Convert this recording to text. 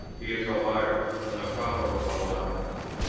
he is a liar, and the father of a lie.